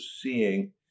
seeing